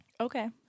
Okay